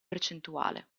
percentuale